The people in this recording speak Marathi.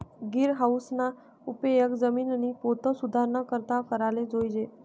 गिरीनहाऊसना उपेग जिमिननी पोत सुधाराना करता कराले जोयजे